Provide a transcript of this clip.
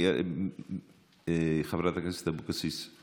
חברת הכנסת אבקסיס,